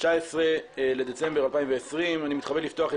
9 בדצמבר 2020 ואני מתכבד לפתוח את